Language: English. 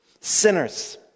sinners